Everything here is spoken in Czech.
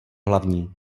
hlavní